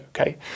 okay